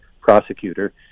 prosecutor